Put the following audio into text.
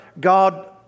God